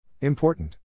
Important